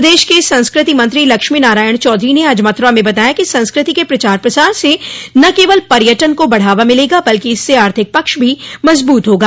प्रदेश के संस्कृति मंत्री लक्ष्मी नारायण चौधरी ने आज मथुरा में बताया कि संस्कृति के प्रचार प्रसार से न केवल पर्यटन को बढ़ावा मिलेगा बल्कि इससे आर्थिक पक्ष भी मजबूत होगा